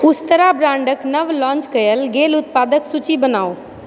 उस्तरा ब्रांडके नव लॉन्च कयल गेल उत्पादक सूची बनाउ